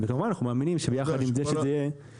וכמובן שאנחנו מאמינים שביחד עם זה שזה יהיה --- אתה יודע,